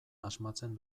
asmatzen